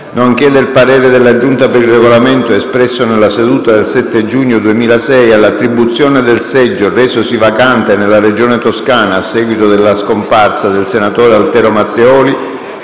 nonché del parere della Giunta per il Regolamento espresso nella seduta del 7 giugno 2006, all'attribuzione del seggio resosi vacante nella regione Toscana a seguito della scomparsa del senatore Altero Matteoli,